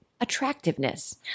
attractiveness